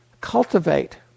cultivate